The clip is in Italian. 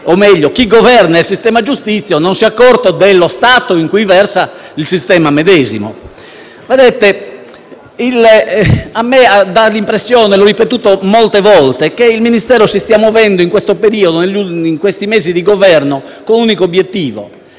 e chi governa il sistema giustizia non si è accorto dello stato in cui versa il sistema medesimo. A me dà l'impressione - l'ho ripetuto molte volte - che il Ministero si stia muovendo in questi mesi di governo con un unico obiettivo